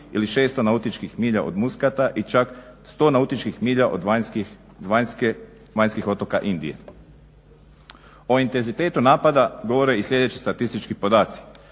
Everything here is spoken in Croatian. ili 600 nautičkih milja od Muscata i čak 100 nautičkih milja od vanjskih otoka Indije. O intenzitetu napada govore i sljedeći statistički podaci.